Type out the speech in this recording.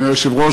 אדוני היושב-ראש,